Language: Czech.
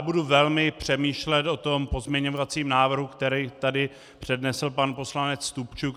Budu velmi přemýšlet o pozměňovacím návrhu, který tady přednesl pan poslanec Stupčuk.